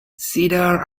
cedar